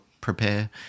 prepare